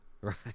Right